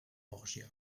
borgia